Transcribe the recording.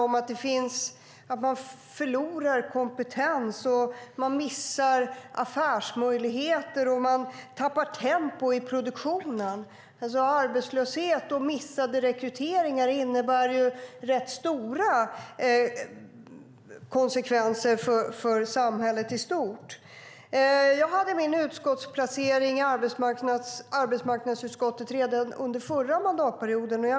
Man förlorar kompetens, missar affärsmöjligheter och tappar tempo i produktionen. Arbetslöshet och missade rekryteringar innebär rätt stora konsekvenser för hela samhället. Jag satt i arbetsmarknadsutskottet redan under förra mandatperioden.